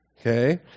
okay